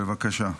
בבקשה.